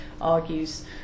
argues